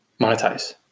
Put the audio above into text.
monetize